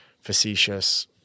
facetious